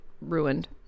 ruined